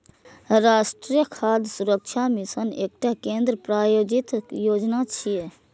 राष्ट्रीय खाद्य सुरक्षा मिशन एकटा केंद्र प्रायोजित योजना छियै